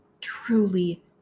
truly